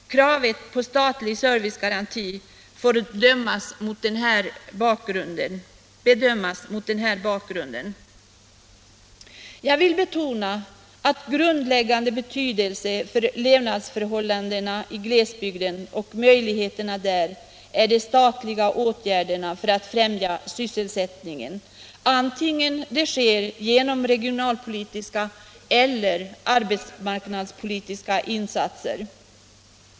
Kravet på statlig servicegaranti får bedömas mot den här bakgrunden. Jag vill betona att av grundläggande betydelse för levnadsförhållandena i glesbygden och möjligheterna där är de statliga åtgärderna för att främja sysselsättningen, vare sig det sker genom regionalpolitiska eller arbetsmarknadspolitiska insatser.